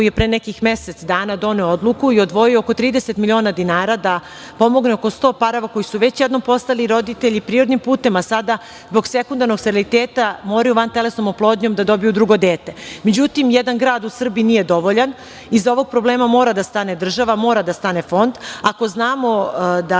je pre nekih mesec dana doneo odluku i odvojio oko 30.000.000 dinara da pomogne oko 100 parova koji su već jednom postali roditelji prirodnim putem, a sada zbog sekundarnog steriliteta moraju vantelesnom oplodnjom da dobiju drugo dete.Međutim, jedan grad u Srbiji nije dovoljan, iza ovog problema mora da stane država, mora da stane fond. Ako znamo da